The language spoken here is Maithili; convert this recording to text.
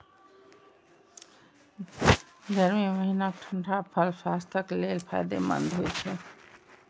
गर्मी महीनाक ठंढा फल स्वास्थ्यक लेल फायदेमंद होइ छै